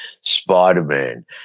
Spider-Man